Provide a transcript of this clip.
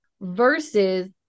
versus